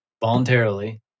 voluntarily